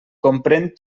comprén